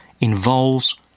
involves